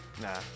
nah